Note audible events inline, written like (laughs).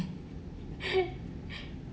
(laughs)